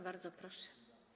Bardzo proszę.